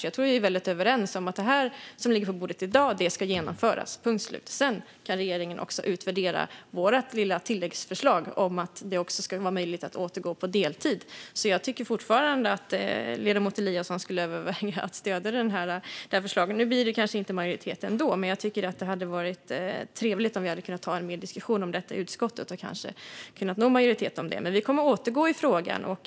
Jag tror att vi är överens om att det som ligger på bordet i dag ska genomföras, punkt slut. Sedan kan regeringen även utvärdera vårt lilla tillläggsförslag om att det också ska vara möjligt att återgå på deltid. Jag tycker fortfarande att ledamoten Eliasson ska överväga att stödja förslaget. Det blir kanske inte majoritet för det ändå. Men det hade varit trevligt att ha en diskussion om det i utskottet och kanske nå en majoritet för det. Men vi kommer att återkomma i frågan.